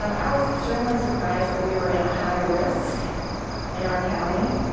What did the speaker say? um i was extremely surprised that we were in a high risk in our county.